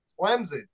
Clemson